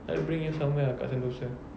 I will bring you somewhere ah dekat sentosa